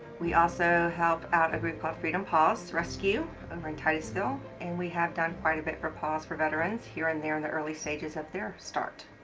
we also help out a group called freedom paws rescue over in titusville and we have done quite a bit for paws for veterans here and they're in the early stages of their start.